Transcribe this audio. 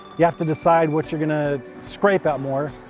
yeah to decide what you're going to scrape at more.